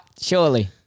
surely